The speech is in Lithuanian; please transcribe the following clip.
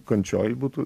kančioj būtų